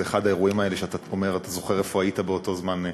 זה אחד האירועים האלה שאתה זוכר איפה היית באותו זמן,